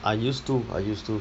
I used to I used to